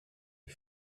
est